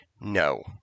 No